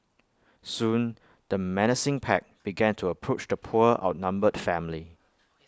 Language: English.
soon the menacing pack began to approach the poor outnumbered family